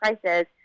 prices